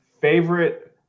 Favorite